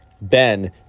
Ben